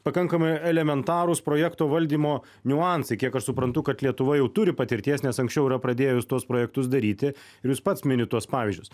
pakankamai elementarūs projekto valdymo niuansai kiek aš suprantu kad lietuva jau turi patirties nes anksčiau yra pradėjus tuos projektus daryti ir jūs pats minit tuos pavyzdžius